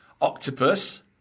octopus